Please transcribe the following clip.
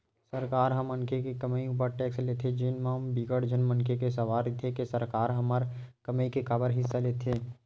सरकार ह मनखे के कमई उपर टेक्स लेथे जेन म बिकट झन मनखे के सवाल रहिथे के सरकार ह हमर कमई के काबर हिस्सा लेथे